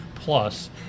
Plus